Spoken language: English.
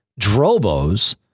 Drobo's